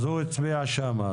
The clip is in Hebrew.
אז הוא הצביע שם.